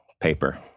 paper